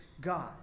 God